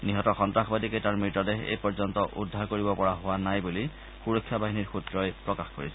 নিহত সন্তাসবাদী কেইটাৰ মৃতদেহ এইপৰ্যন্ত উদ্ধাৰ কৰিব পৰা হোৱা নাই বুলি সুৰক্ষা বাহিনীৰ সূত্ৰই প্ৰকাশ কৰিছে